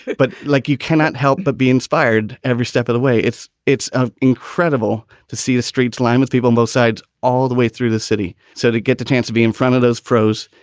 but like, you cannot help but be inspired every step of the way. it's it's ah incredible to see the streets lined with people on both sides all the way through the city. so to get the chance to be in front of those pros,